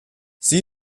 sie